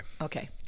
Okay